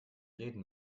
reden